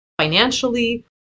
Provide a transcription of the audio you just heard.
financially